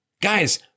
guys